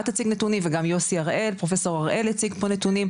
תציג נתונים וגם פרופסור יוסי הראל יציג פה נתונים,